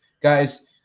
guys